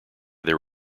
their